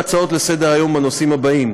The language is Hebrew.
כמו כן הוועדה תדון בהצעות לסדר-היום בנושאים האלה: